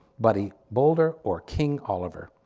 buddy boulder or king oliver.